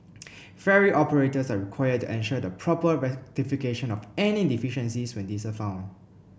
ferry operators are required to ensure the proper rectification of any deficiencies when these are found